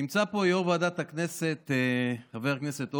נמצא פה יו"ר ועדת הכנסת חבר הכנסת אורבך.